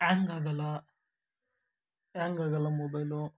hang ಆಗೋಲ್ಲ hang ಆಗೋಲ್ಲ mobile